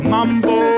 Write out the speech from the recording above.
Mambo